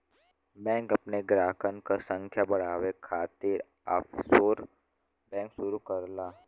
bank अपने ग्राहकन क संख्या बढ़ावे खातिर ऑफशोर बैंक शुरू करला